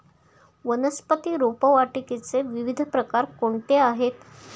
वनस्पती रोपवाटिकेचे विविध प्रकार कोणते आहेत?